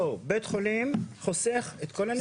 לא, בית חולים חוסך את כל הנסיעות.